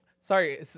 Sorry